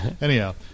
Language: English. anyhow